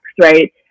Right